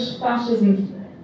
fascism